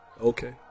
Okay